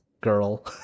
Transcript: girl